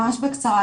ממש בקצרה.